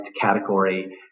category